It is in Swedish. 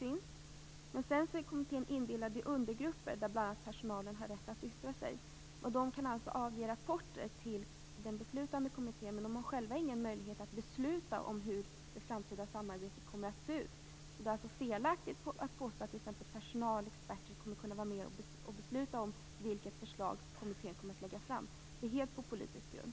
Vidare är kommittén indelad i undergrupper, där bl.a. personalen har rätt att yttra sig. Man kan alltså avge rapporter till den beslutande kommittén, men man har själv ingen möjlighet att besluta om hur det framtida samarbetet skall se ut. Det är således felaktigt att påstå att t.ex. personalexperter kommer att kunna vara med och besluta om vilket förslag som kommittén skall lägga fram. Det här sker alltså helt på politisk grund.